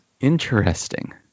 Interesting